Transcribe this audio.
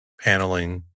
paneling